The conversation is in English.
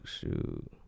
shoot